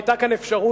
היתה כאן אפשרות,